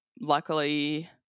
luckily